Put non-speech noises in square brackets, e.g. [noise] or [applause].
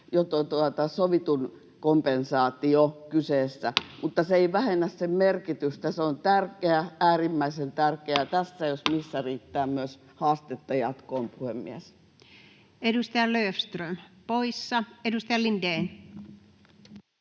jo sovittu kompensaatio kyseessä, [noise] mutta se ei vähennä sen merkitystä. Se on tärkeä, äärimmäisen tärkeä. [noise] Tässä jos missä riittää myös haastetta jatkoon, puhemies. Edustaja Löfström poissa. — Edustaja Lindén.